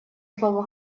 слово